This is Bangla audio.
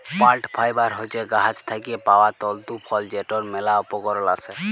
প্লাল্ট ফাইবার হছে গাহাচ থ্যাইকে পাউয়া তল্তু ফল যেটর ম্যালা উপকরল আসে